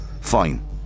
Fine